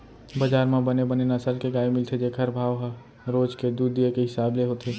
बजार म बने बने नसल के गाय मिलथे जेकर भाव ह रोज के दूद दिये के हिसाब ले होथे